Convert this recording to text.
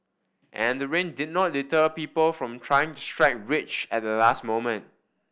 and the rain did not deter people from trying to strike rich at the last moment